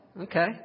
okay